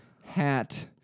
hat